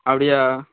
அப்படியா